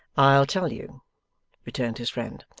i'll tell you returned his friend.